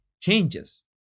changes